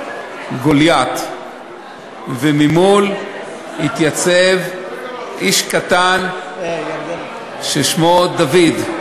גוליית, וממול התייצב איש קטן ששמו דוד.